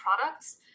products